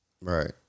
Right